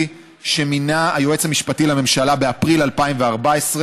שמינה היועץ המשפטי לממשלה באפריל 2014,